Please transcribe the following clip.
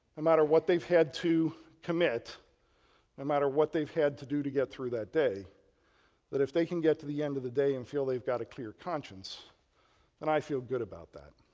matter what they've had to commit, no and matter what they've had to do to get through that day that if they can get to the end of the day and feel they've got a clear conscience then, i feel good about that.